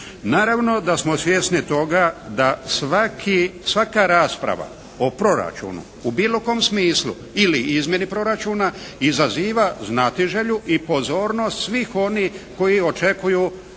Naravno da smo svjesni toga da svaka rasprava o proračunu u bilo kom smislu ili izmjeni proračuna izaziva znatiželju i pozornost svih onih koji očekuju vlastita,